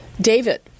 David